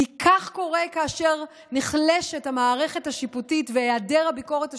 כי כך קורה כאשר נחלשת המערכת השיפוטית והיעדר הביקורת השיפוטית.